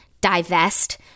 divest